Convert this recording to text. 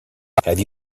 have